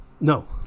No